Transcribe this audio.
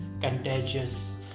contagious